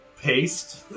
paste